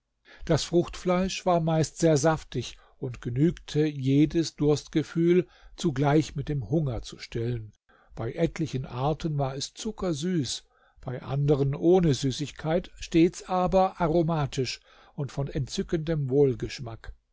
das fruchtfleisch war meist sehr saftig und genügte jedes durstgefühl zugleich mit dem hunger zu stillen bei etlichen arten war es zuckersüß bei andern ohne süßigkeit stets aber aromatisch und von entzückendem wohlgeschmack